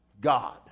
God